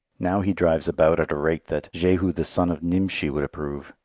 now he drives about at a rate that jehu the son of nimshi would approve,